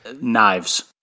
knives